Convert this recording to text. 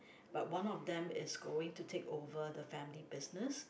but one of them is going to take over the family business